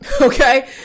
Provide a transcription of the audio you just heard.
Okay